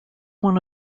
one